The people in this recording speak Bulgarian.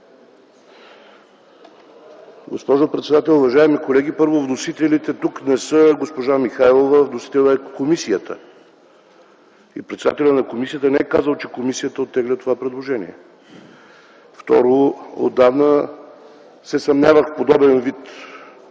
Госпожо председател, уважаеми колеги! Първо, вносител тук не е госпожа Михайлова, вносител е комисията и председателят на комисията не е казал, че комисията оттегля това предложение. Второ, отдавна се съмнявах в подобен вид, ще го нарека,